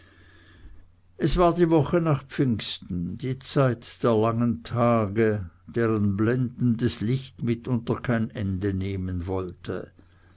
es war die woche nach pfingsten die zeit der langen tage deren blendendes licht mitunter kein ende nehmen wollte